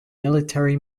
military